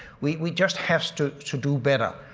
we we just have to to do better.